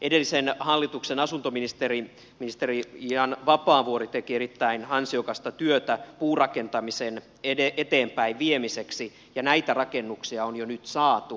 edellisen hallituksen asuntoministeri ministeri jan vapaavuori teki erittäin ansiokasta työtä puurakentamisen eteenpäinviemiseksi ja näitä rakennuksia on jo nyt saatu